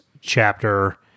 chapter